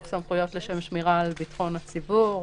סמכויות לשם שמירה על ביטחון הציבור.